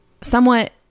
somewhat